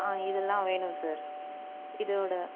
ஆ இதெல்லாம் வேணும் சார் இதோட